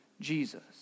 Jesus